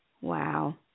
Wow